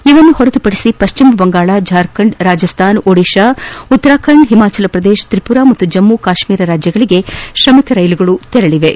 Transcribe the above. ಇವನ್ನು ಹೊರತುಪಡಿಸಿ ಪಶ್ಚಿಮ ಬಂಗಾಳ ಝಾರ್ಖಂಡ್ ರಾಜಸ್ನಾನ್ ಒರಿಸ್ಸಾ ಉತ್ತರಾಖಂಡ ಹಿಮಾಚಲ ಪ್ರದೇಶ ತ್ರಿಪುರಾ ಹಾಗೂ ಜಮ್ಮ ಕಾಶ್ಮೀರಗಳಿಗೆ ಶ್ರಮಿಕ್ ರೈಲುಗಳು ತೆರಳಿವೆ